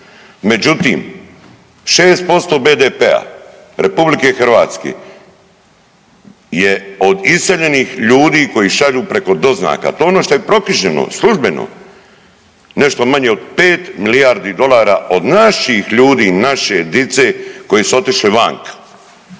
Međutim, 6% BDP-a RH je od iseljenih ljudi koji šalju preko doznaka. To je ono što je proknjiženo službeno, nešto manje od 5 milijardi dolara od naših ljudi, naše dice koji su otišli vanka.